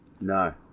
No